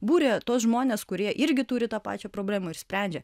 buria tuos žmones kurie irgi turi tą pačią problemą ir sprendžia